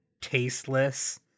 tasteless